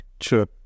Sure